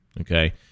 okay